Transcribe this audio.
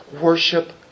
worship